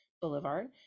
Boulevard